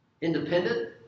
independent